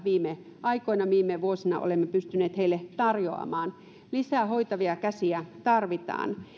viime aikoina viime vuosina olemme pystyneet heille tarjoamaan lisää hoitavia käsiä tarvitaan